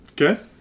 Okay